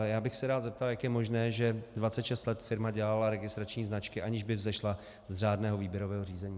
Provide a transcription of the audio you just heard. Já bych se rád zeptal, jak je možné, že 26 let firma dělala registrační značky, aniž by vzešla z řádného výběrového řízení.